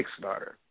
Kickstarter